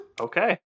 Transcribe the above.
Okay